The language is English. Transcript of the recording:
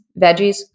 veggies